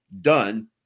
done